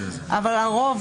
אבל הרוב,